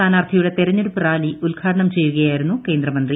സ്ഥാനാർത്ഥിയുടെ തെരഞ്ഞെടുപ്പ് റാലി ഉദ്ഘാടനം ചെയ്യുകയായിരുന്നു കേന്ദ്രമന്ത്രി